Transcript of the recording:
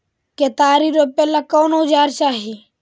केतारी रोपेला कौन औजर चाही?